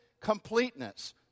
completeness